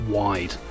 wide